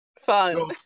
Fun